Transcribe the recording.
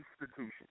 institution